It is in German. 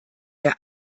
der